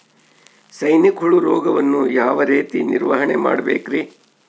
ಸೈನಿಕ ಹುಳು ರೋಗವನ್ನು ಯಾವ ರೇತಿ ನಿರ್ವಹಣೆ ಮಾಡಬೇಕ್ರಿ?